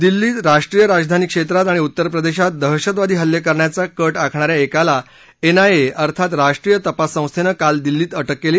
दिल्लीत राष्ट्रीय राजधानी क्षेत्रात आणि उत्तर प्रदेशात दहशतवादी हल्ले करण्याचा कट आखणाऱ्या एकाला एनआयए अर्थात राष्ट्रीय तपास संस्थेनं काल दिल्लीत अटक केली